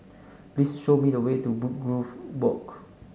please show me the way to Woodgrove Walk